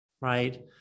right